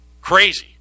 crazy